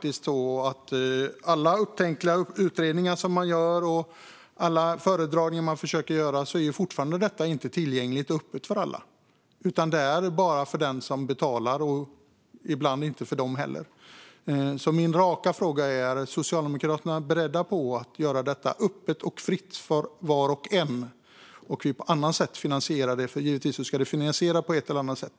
I alla upptänkliga utredningar och föredragningar man försöker göra i dag är detta fortfarande inte tillgängligt och öppet för alla utan bara för dem som betalar, ibland inte för dem heller. Min raka fråga är: Är Socialdemokraterna beredda att göra detta öppet och fritt för var och en och finansiera det på något annat sätt? Givetvis ska det ju finansieras på ett eller annat sätt.